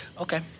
Okay